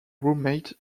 roommate